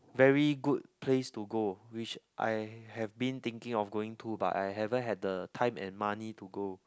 very good place to go which I have been thinking of going to but I haven't had the time and money to go